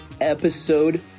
episode